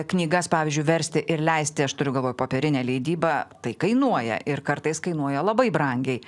knygas pavyzdžiui versti ir leisti aš turiu galvoj popierinę leidybą tai kainuoja ir kartais kainuoja labai brangiai